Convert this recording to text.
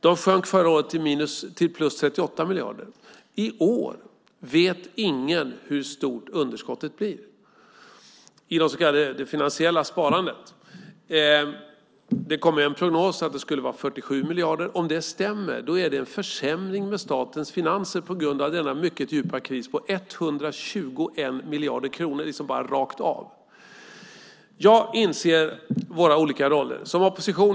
Det sjönk förra året till plus 38 miljarder. I år vet ingen hur stort underskottet blir i det så kallade finansiella sparandet. Det kom en prognos om att det skulle vara 47 miljarder. Om det stämmer är det en försämring i statens finanser, på grund av denna mycket djupa kris, med 121 miljarder kronor - bara rakt av. Jag inser våra olika roller.